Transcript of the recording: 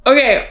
Okay